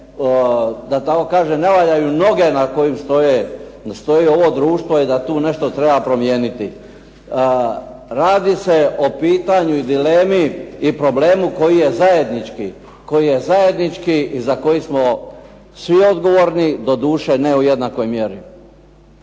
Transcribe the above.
na kojem, da ne valjaju noge na kojim stoji ovo društvo i da tu nešto treba promijeniti. Radi se o pitanju i dilemi, problemu koji je zajednički, i za koji smo svi odgovorni, doduše ne u jednakoj mjeri.